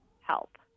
help